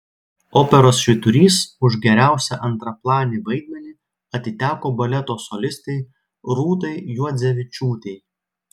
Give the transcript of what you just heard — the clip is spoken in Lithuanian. operos švyturys už geriausią antraplanį vaidmenį atiteko baleto solistei rūtai juodzevičiūtei